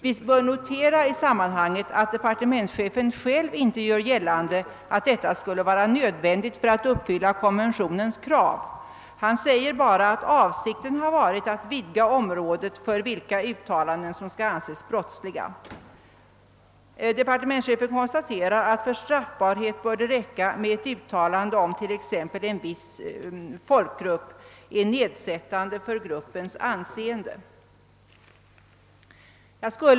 Vi bör i sammanhanget notera att departementschefen själv inte gör gällande att detta skulle vara nödvändigt för att uppfylla konventionens krav. Han säger bara att avsikten har varit att vidga området för uttalanden som skall anses brottsliga. Departementschefen konstaterar att det för straffbarhet bör räcka med ått ett uttalande om t.ex. en viss folkgrupp är nedsättande för gruppens anseende.